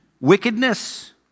wickedness